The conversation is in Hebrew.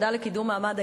הכנסת.